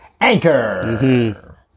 anchor